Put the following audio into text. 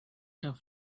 have